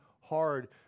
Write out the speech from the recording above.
hard